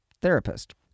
therapist